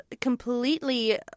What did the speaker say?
completely